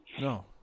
No